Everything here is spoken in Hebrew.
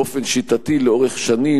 באופן שיטתי לאורך שנים,